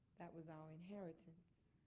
that was our inheritance.